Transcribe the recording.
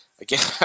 again